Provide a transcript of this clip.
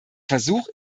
versuch